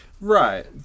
Right